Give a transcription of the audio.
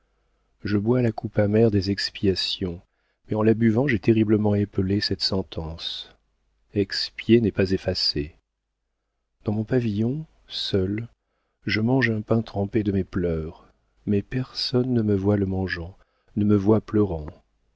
je bois la coupe amère des expiations mais en la buvant j'ai terriblement épelé cette sentence expier n'est pas effacer dans mon pavillon seule je mange un pain trempé de mes pleurs mais personne ne me voit le mangeant ne me voit pleurant